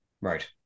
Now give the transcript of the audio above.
Right